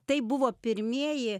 tai buvo pirmieji